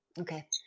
Okay